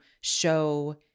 show